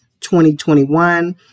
2021